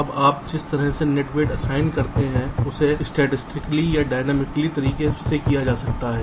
अब आप जिस तरह से नेट वेट असाइन करते हैं उसे स्टैटिकली या डायनामिक तरीके से किया जा सकता है